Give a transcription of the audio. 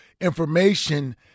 information